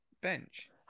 bench